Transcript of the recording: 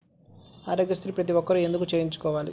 ఆరోగ్యశ్రీ ప్రతి ఒక్కరూ ఎందుకు చేయించుకోవాలి?